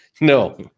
no